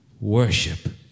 worship